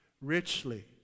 Richly